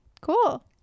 Cool